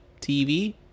TV